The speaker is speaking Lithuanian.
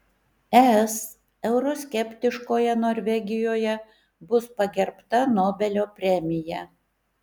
es euroskeptiškoje norvegijoje bus pagerbta nobelio premija